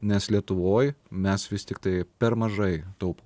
nes lietuvoj mes vis tiktai per mažai taupom